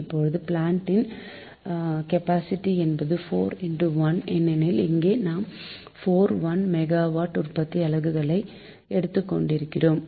இப்போது plant capacity என்பது 4 1 ஏனெனில் இங்கே நாம் 4 1 மெகாவாட் உற்பத்தி அலகுகளை எடுத்துக்கொண்டிருக்கிறோம்